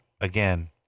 again